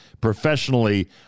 professionally